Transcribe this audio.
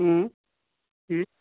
ٹھیٖک